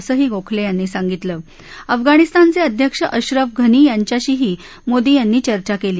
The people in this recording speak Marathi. असंही गोखले यांनी सांगितलं अफगणिस्तानचे अध्यक्ष अश्रफ घनी यांच्याशीही मोदी यांनी चर्चा केली